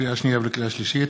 לקריאה שנייה ולקריאה שלישית: